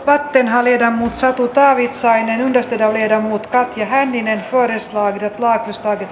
vaatteen haljeta satu taavitsainenyhdistelmiä mutta kehään viime vuoden satoa vaan hylätään